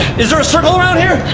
is there a circle around here?